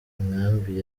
inkambi